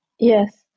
Yes